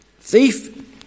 thief